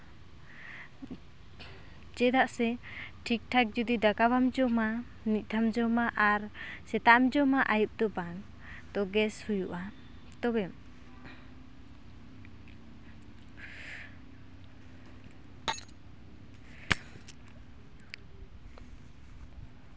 ᱪᱮᱫᱟᱜ ᱥᱮ ᱴᱷᱤᱠᱼᱴᱷᱟᱠ ᱡᱩᱫᱤ ᱫᱟᱠᱟ ᱵᱟᱢ ᱡᱚᱢᱟ ᱢᱤᱫ ᱫᱷᱟᱣᱮᱢ ᱡᱚᱢᱟ ᱟᱨ ᱥᱮᱛᱟᱜ ᱮᱢ ᱡᱚᱢᱟ ᱟᱭᱩᱵ ᱫᱚ ᱵᱟᱝ ᱛᱚ ᱜᱮᱥ ᱦᱩᱭᱩᱜᱼᱟ ᱛᱚᱵᱮ